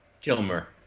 Kilmer